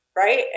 Right